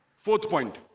fourth point